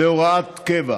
להוראת קבע.